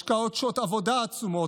השקעת שעות עבודה עצומות,